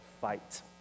fight